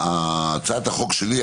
הצעת החוק שלי,